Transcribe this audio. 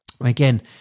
Again